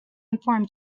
inform